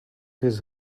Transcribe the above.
his